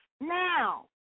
now